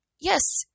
yes